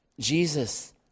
Jesus